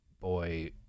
boy